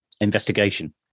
investigation